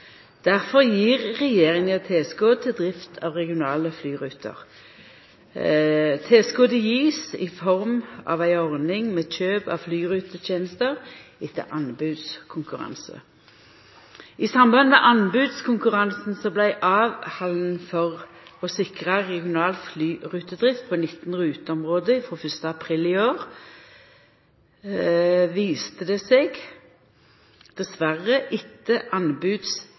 regjeringa tilskot til drift av regionale flyruter. Tilskotet blir gjeve i form av ei ordning med kjøp av flyrutetenester etter anbodskonkurranse. I samband med anbodskonkurransen som vart halden for å sikra regional flyrutedrift på 19 ruteområde frå 1. april i år, viste det seg dessverre,